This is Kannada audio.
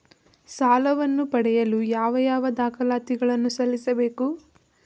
ಸಾಲವನ್ನು ಪಡೆಯಲು ಯಾವ ಯಾವ ದಾಖಲಾತಿ ಗಳನ್ನು ಸಲ್ಲಿಸಬೇಕು?